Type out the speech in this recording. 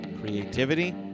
Creativity